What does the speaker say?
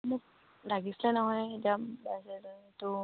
মোক লাগিছিলে নহয়